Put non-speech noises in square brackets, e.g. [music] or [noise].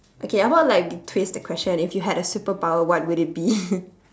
okay how about like we twist the question if you had a superpower what would it be [laughs]